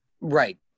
Right